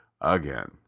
Again